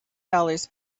dollars